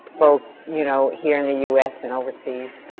both you know here in the u s. and overseas.